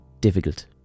difficult